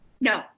No